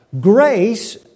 Grace